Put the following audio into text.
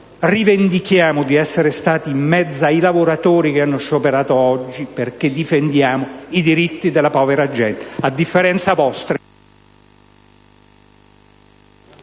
rivendichiamo di essere stati in mezzo ai lavoratori che hanno scioperato oggi, perché difendiamo i diritti della povera gente, a differenza vostra,